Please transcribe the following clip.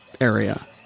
area